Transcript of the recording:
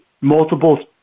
multiple –